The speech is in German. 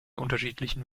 unterschiedlichen